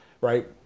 right